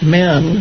men